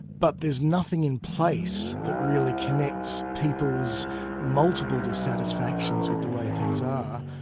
but there's nothing in place that really connects people's multiple dissatisfactions with the way things are,